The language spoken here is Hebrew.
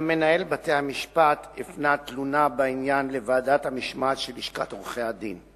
גם מנהל בתי-המשפט הפנה תלונה בעניין לוועדת המשמעת של לשכת עורכי-הדין.